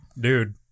Dude